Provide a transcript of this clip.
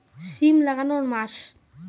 সিম লাগানোর মাস?